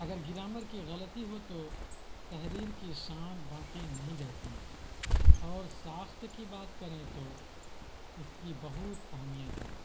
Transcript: اگر گرامر کی غلطی ہو تو تحریر کی شان باقی نہیں رہتی اور ساخت کی بات کریں تو اس کی بہت اہمیت ہے